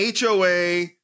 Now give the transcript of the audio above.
HOA